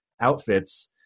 outfits